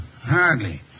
Hardly